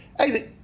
Hey